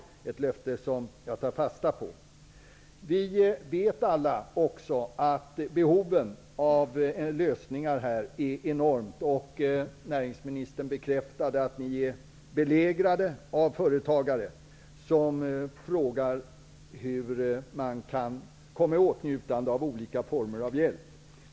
Det är ett löfte som jag tar fasta på. Vi vet också alla att behoven av lösningar är enorma. Näringsministern bekräftade att ni är belägrade av företagare som frågar hur man kommer i åtnjutande av olika former av hjälp.